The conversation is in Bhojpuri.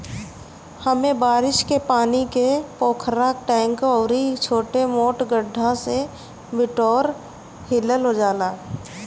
एमे बारिश के पानी के पोखरा, टैंक अउरी छोट मोट गढ्ढा में बिटोर लिहल जाला